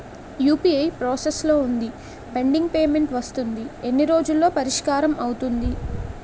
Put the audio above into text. UPI process లో వుంది pending payment వస్తుంది ఎన్ని రోజుల్లో పరిష్కారం అవుతుంది